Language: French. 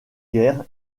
guerre